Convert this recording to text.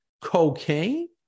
cocaine